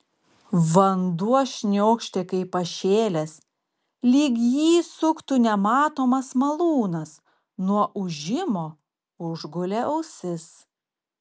vanduo šniokštė kaip pašėlęs lyg jį suktų nematomas malūnas nuo ūžimo užgulė ausis